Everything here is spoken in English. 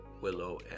willow